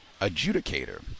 adjudicator